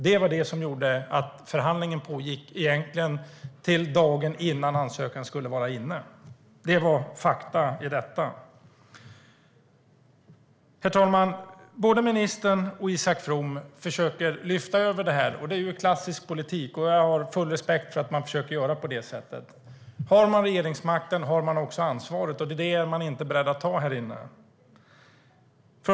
Det var det som gjorde att förhandlingen egentligen pågick fram till dagen innan ansökan skulle vara inne. Det är fakta. Herr talman! Både ministern och Isak From försöker lyfta över det här, och det är klassisk politik. Jag har full respekt för att man försöker göra på det sättet. Har man regeringsmakten har man också ansvaret, men det är man inte beredd att ta här inne.